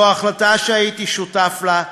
זו ההחלטה שהייתי שותף לה,